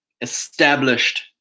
established